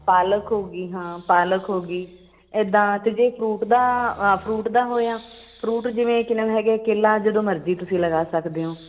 ਪਾਲਕ ਹੋ ਗਈ ਹਾਂ ਪਾਲਕ ਹੋ ਗਈ ਇੱਦਾਂ ਅਤੇ ਜੇ ਫਰੂਟ ਦਾ ਫਰੂਟ ਦਾ ਹੋਇਆ ਫਰੂਟ ਜਿਵੇਂ ਕਿਨਮ ਹੈਗੇ ਕੇਲਾ ਜਦੋਂ ਮਰਜ਼ੀ ਤੁਸੀਂ ਲਗਾ ਸਕਦੇ ਹੋ